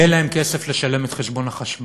כי אין להם כסף לשלם את חשבון החשמל.